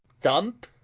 thumpe